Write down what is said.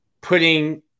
putting –